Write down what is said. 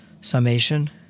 summation